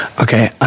Okay